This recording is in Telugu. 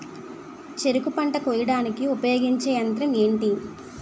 చెరుకు పంట కోయడానికి ఉపయోగించే యంత్రం ఎంటి?